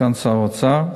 סגן שר האוצר,